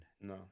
No